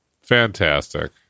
Fantastic